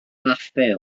fathau